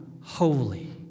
Holy